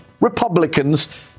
Republicans